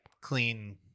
clean